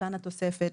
וכאן התוספת,